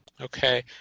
okay